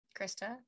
krista